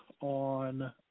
on